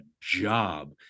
job